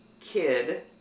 kid